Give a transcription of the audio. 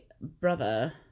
brother